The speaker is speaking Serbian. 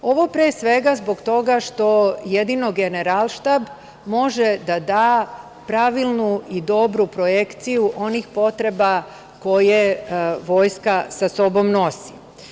Ovo pre svega zbog toga što jedino Generalštab može da da pravilnu i dobru projekciju onih potreba koje Vojska sa sobom nosi.